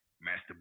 Master